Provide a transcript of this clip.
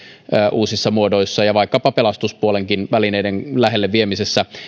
uusissa muodoissa ja vaikkapa pelastuspuolenkin välineiden lähelle viemisessä